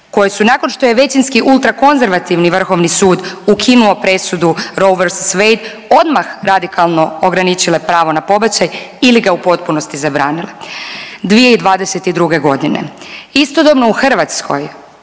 koje su nakon što je većinski ultrakonzervativni Vrhovni sud ukinuo presudu Roe v. Wade odmah radikalno ograničile pravo na pobačaj ili ga u potpunosti zabranile. 2022. godine istodobno u Hrvatskoj